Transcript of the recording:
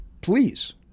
please